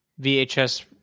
VHS